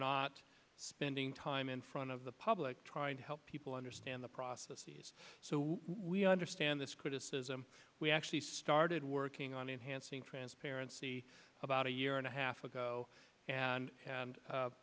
not spending time in front of the public trying to help people understand the processes so we understand this criticism we actually started working on enhancing transparency about a year and a half ago and